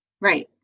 Right